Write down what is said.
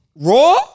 Raw